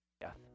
death